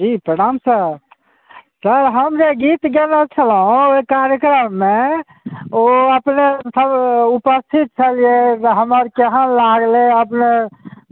जी प्रणाम sir sir हम जे गीत गयने छलहुँ ओहि कार्यक्रममे ओ अपने सभ उपस्थित छलियै हमर केहन लागलै अपने